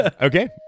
okay